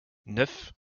neuf